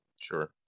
sure